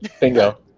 Bingo